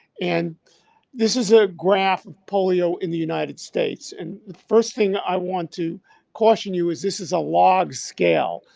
and this is a graph of polio in the united states. and the first thing i want to caution you is this is a log scale.